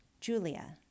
Julia